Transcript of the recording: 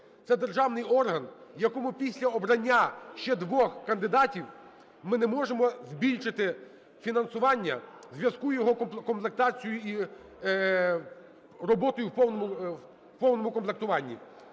Це державний орган, в якому після обрання ще двох кандидатів, ми не можемо збільшити фінансування у зв'язку з його комплектацією і роботою в повному комплектуванні.